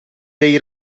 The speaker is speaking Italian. dei